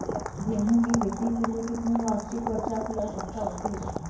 गेहूँ की खेती के लिए कितनी वार्षिक वर्षा की आवश्यकता होती है?